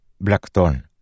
Blackthorn